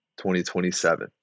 2027